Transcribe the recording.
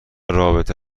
رابطه